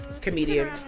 comedian